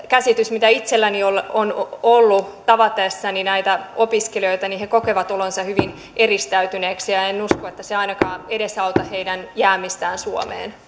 käsitys mikä itselläni on ollut tavatessani näitä opiskelijoita on että he kokevat olonsa hyvin eristäytyneiksi ja en en usko että se ainakaan edesauttaa heidän jäämistään suomeen